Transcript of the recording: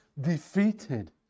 defeated